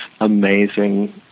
amazing